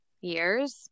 years